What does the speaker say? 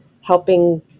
helping